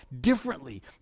differently